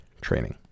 training